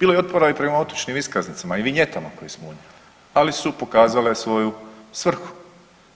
Bilo je otpora i prema otočnim iskaznicama i vinjetama koje smo unijeli, ali su pokazale svoju svrhu